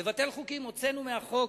"לבטל חוקים" הוצאנו מהחוק,